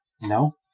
No